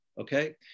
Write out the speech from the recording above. okay